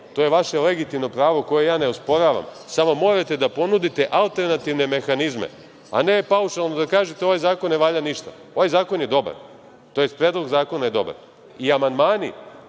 to je vaše legitimno pravo koje ja ne osporavam, samo morate da ponudite alternativne mehanizme, a ne paušalno da kažete - ovaj zakon ne valja ništa. Ovaj zakon je dobar, tj. Predlog zakona je dobar i amandmane